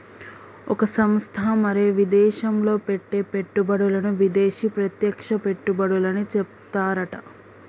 ఒక సంస్థ మరో విదేశంలో పెట్టే పెట్టుబడులను విదేశీ ప్రత్యక్ష పెట్టుబడులని చెప్తారట